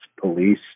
police